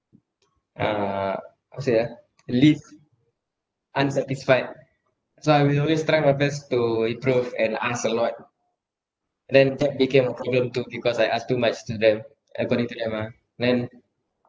uh how to say ah live unsatisfied so I will always try my best to improve and ask a lot and then that became even because I asked too much to them according to them ah then